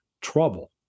trouble